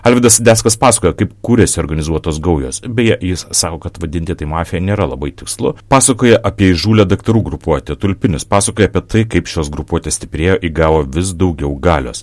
alvydas sadeckas pasakoja kaip kūrėsi organizuotos gaujos beje jis sako kad vadinti tai mafija nėra labai tikslu pasakoja apie įžūlią daktarų grupuotę tulpinius pasakoja apie tai kaip šios grupuotės stiprėjo įgavo vis daugiau galios